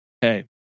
Hey